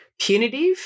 punitive